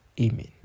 Amen